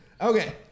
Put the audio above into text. Okay